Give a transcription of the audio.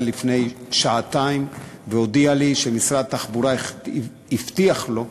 לפני שעתיים והודיע לי שמשרד התחבורה הבטיח לו,